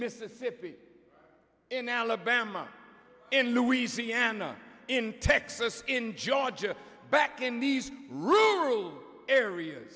mississippi in alabama in louisiana in texas in georgia back in these rural area